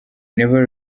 never